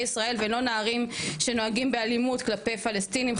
ישראל ולא נערים שנוהגים באלימות כלפי פלשתינים,